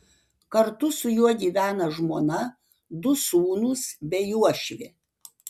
kartu su juo gyvena žmona du sūnūs bei uošvė